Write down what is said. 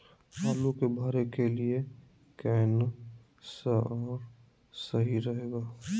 आलू के भरे के लिए केन सा और सही रहेगा?